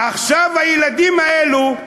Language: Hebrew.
עכשיו הילדים האלה,